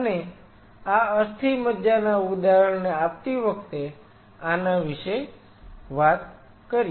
અને આ અસ્થિ મજ્જા ના ઉદાહરણને આપતી વખતે આના વિશે વાત કરીએ